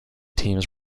teams